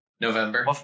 November